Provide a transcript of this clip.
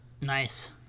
Nice